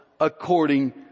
according